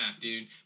dude